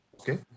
Okay